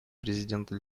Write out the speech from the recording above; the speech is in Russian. президента